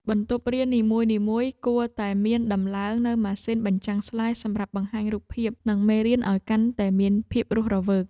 បន្ទប់រៀននីមួយៗគួរតែមានដំឡើងនូវម៉ាស៊ីនបញ្ចាំងស្លាយសម្រាប់បង្ហាញរូបភាព និងមេរៀនឱ្យកាន់តែមានភាពរស់រវើក។